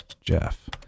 Jeff